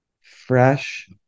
fresh